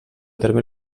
terme